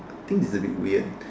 I think it's a bit weird